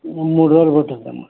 మూడు రోజులు పట్టుద్దమ్మా